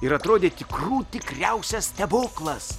ir atrodė tikrų tikriausias stebuklas